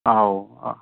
औ